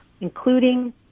including